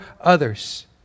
others